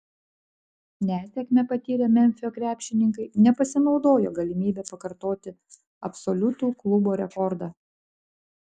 nesėkmę patyrę memfio krepšininkai nepasinaudojo galimybe pakartoti absoliutų klubo rekordą